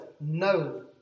no